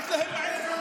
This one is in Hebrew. רק לו אתה מעיר?